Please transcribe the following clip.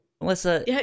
Melissa